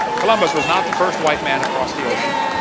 columbus was not the first white man across the ocean.